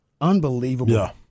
Unbelievable